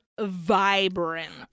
vibrant